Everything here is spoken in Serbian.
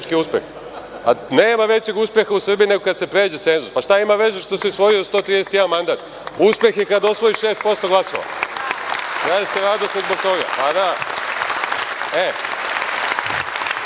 uspeh. Nema većeg uspeha u Srbiji, nego kada se pređe cenzus. Šta ima veze što si osvojio 131 mandat, uspeh je kada osvojiš 6% glasova. Treba da ste radosni zbog toga. Znači,